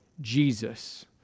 Jesus